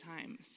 times